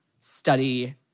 study